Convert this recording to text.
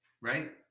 right